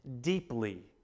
deeply